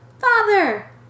Father